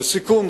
לסיכום,